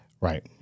Right